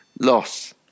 Loss